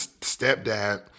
Stepdad